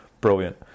Brilliant